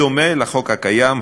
בדומה לחוק הקיים,